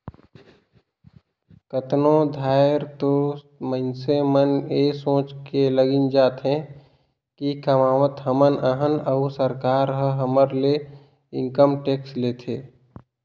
कतनो धाएर तो मइनसे मन ए सोंचे में लइग जाथें कि कमावत हमन अहन अउ सरकार ह हमर ले इनकम टेक्स लेथे